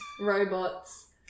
robots